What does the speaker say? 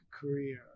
career